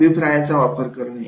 अभिप्रायाचा वापर करणे